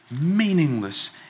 meaningless